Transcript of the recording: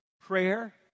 Prayer